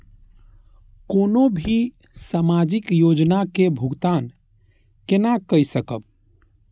कोनो भी सामाजिक योजना के भुगतान केना कई सकब?